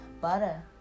Butter